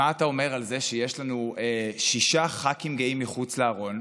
מה אתה אומר על זה שיש לנו שישה ח"כים גאים מחוץ לארון?